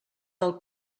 del